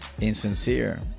insincere